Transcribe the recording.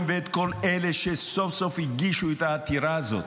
ואת כל אלה שסוף-סוף הגישו את העתירה הזאת.